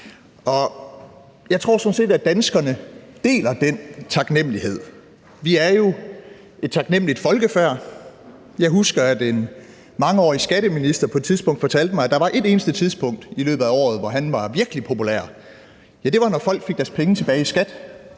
Jeg tror sådan set, at danskerne deler den taknemmelighed. Vi er jo et taknemmeligt folkefærd. Jeg husker, at en mangeårig skatteminister på et tidspunkt fortalte mig, at der var et eneste tidspunkt i løbet af året, hvor han var virkelig populær, og det var, når folk fik deres penge tilbage i skat